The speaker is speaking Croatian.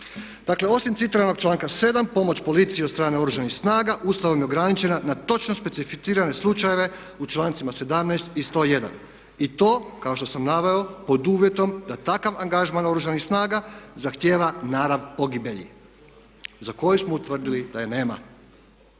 Dakle, osim citiranog članka 7. pomoć policiji od strane Oružanih snaga Ustavom je ograničena na točno specificirane slučajeve u člancima 17. i 101. I to kao što sam naveo pod uvjetom da takav angažman Oružanih snaga zahtjeva narav pogibelji za koji smo utvrdili da je nema.